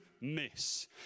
miss